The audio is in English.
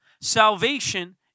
Salvation